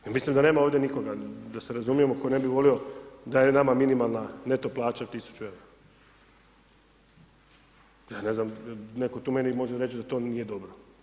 Ja mislim da nema ovdje nikoga da se razumijemo tko ne bi volio da je nama minimalna neto plaća 1.000,00 EUR-a, ja ne znam netko tu meni može reći da to nije dobro.